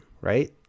right